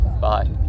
Bye